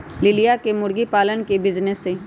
लिलिया के मुर्गी पालन के बिजीनेस हई